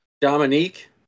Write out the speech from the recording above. Dominique